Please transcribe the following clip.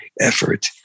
effort